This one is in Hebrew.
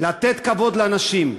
לתת כבוד לנשים.